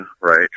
right